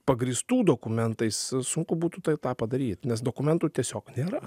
pagrįstų dokumentais sunku būtų tai tą padaryt nes dokumentų tiesiog nėra